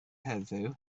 heddiw